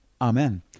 Amen